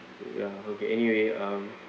ya okay anyway um